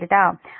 అప్పుడు Pe2